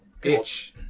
Bitch